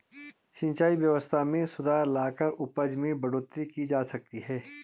सिंचाई व्यवस्था में सुधार लाकर उपज में बढ़ोतरी की जा सकती है